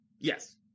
yes